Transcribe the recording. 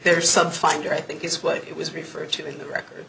there some finder i think is what it was referred to in the record